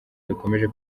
bikomeje